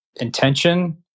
intention